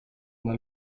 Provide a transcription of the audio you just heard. una